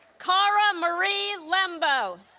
cara marie lembo